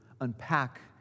unpack